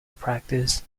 practiced